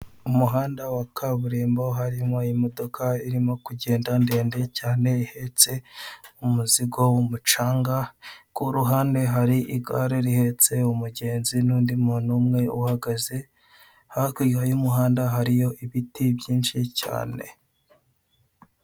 Umuhanda wa kaburimbo harimo imodoka irimo kugenda ndende cyane ihetse umuzigo w'umucanga, ku ruhandi hari igare rihetse umugenzi n'undi muntu uhagaze, hakurya y'umuhanda hariyo ibiti byinshi cyane.